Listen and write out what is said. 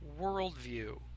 worldview